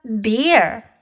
beer